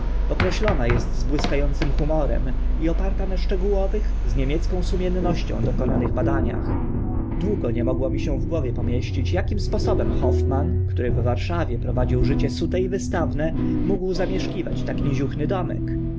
kreślona est z błyska ącym humorem i oparta na szczegółowych z niemiecką sumiennością dokonanych badaniach długo nie mogło mi się w głowie pomieścić akim sposobem hoffmann który w warszawie prowadził życie sute i wystawne mógł zamieszkiwać tak niziuchny domek